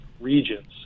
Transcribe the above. regions